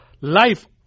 life